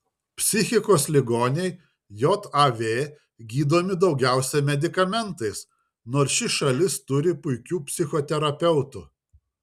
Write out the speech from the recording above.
psichikos ligoniai jav gydomi daugiausiai medikamentais nors ši šalis turi puikių psichoterapeutų